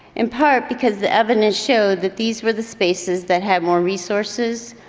in part, because the oven has showed that these were the spaces that had more resources,